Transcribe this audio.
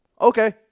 okay